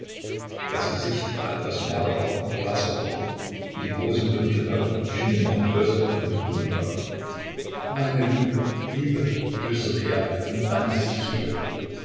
das gesicht war etwas magerer und blasser geworden und die großen dunklen augen schienen noch größer und dunkler meine liebe liebe flüsterte er und wandte sich zu ihr